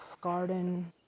garden